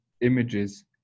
images